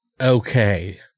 okay